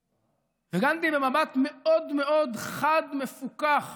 גנדי, במבט מאוד חד, מפוקח